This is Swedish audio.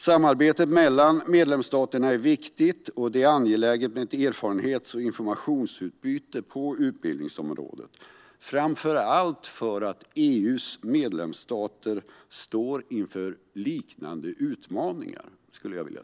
Samarbetet mellan medlemsstaterna är viktigt, och det är angeläget med erfarenhets och informationsutbyte på utbildningsområdet, framför allt därför att EU:s medlemsstater står inför liknande utmaningar.